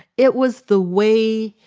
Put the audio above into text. it was the way